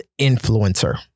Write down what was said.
influencer